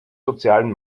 sozialen